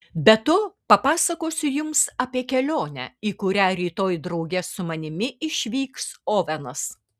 be to papasakosiu jums apie kelionę į kurią rytoj drauge su manimi išvyks ovenas